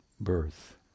birth